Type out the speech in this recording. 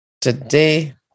Today